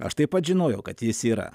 aš taip pat žinojau kad jis yra